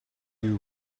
you